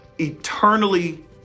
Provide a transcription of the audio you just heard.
eternally